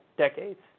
Decades